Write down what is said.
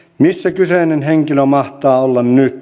missä kyseinen henkilö mahtaa olla nyt